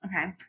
Okay